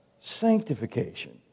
sanctification